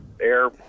air